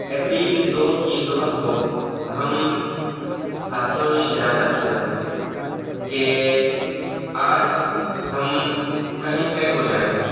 April دو کی صبح کو ہم ساتھیوں نے ارادہ کیا کہ آج ہم کہیں سیر کو جائیں گے